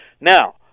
Now